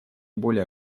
более